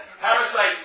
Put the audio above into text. parasite